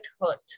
hurt